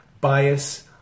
bias